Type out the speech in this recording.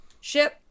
ship